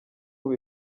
ubu